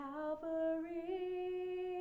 Calvary